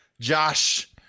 Josh